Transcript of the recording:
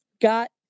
Got